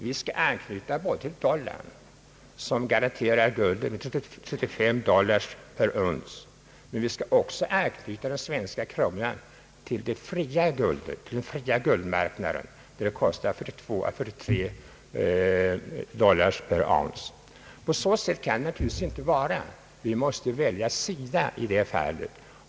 Vi skall anknyta till dollarn, som garanterar guld till 35 dollars per ounce, men vi skall också anknyta den svenska kronan till den fria guldmarknaden, där guldet kostar 42 å 43 dollars per ounce. Så kan det naturligtvis inte vara. Vi måste välja sida.